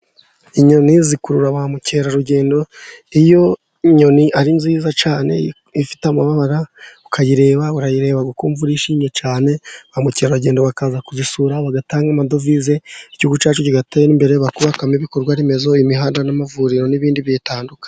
Inyoni zikurura ba Mukerarugendo ,iyo nyoni ari nziza cyane ifite amababara ukayireba, urayireba ukumva urishimye cyane, ba Mukerarugendo bakaza kuzisura bagatanga amadovize ,igihugu cyacu kigatera imbere, bakubakamo ibikorwaremezo imihanda, n'amavuriro, n'ibindi bitandukanye.